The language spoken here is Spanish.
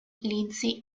lindsay